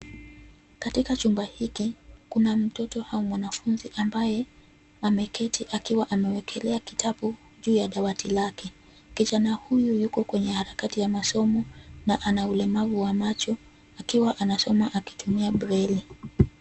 Katika chumba hiki, kuna mtoto au mwanafunzi ambaye ameketi akiwaamewekelea kitabu juu ya dawati lake. Kijana huyu kwenye harakati ya masomo na anaulemavu ya macho, akiwa anasoma akitumia breili.